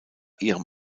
ihrem